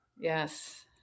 Yes